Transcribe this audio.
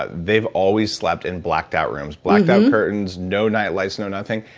they've always slept in blacked out rooms. blacked out curtains. no nightlights no nothing.